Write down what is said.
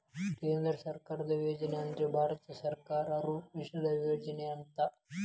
ಕೇಂದ್ರ ಸರ್ಕಾರದ್ ಯೋಜನೆ ಅಂದ್ರ ಭಾರತ ಸರ್ಕಾರ ರೂಪಿಸಿದ್ ಯೋಜನೆ ಅಂತ